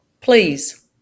Please